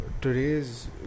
today's